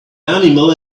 animal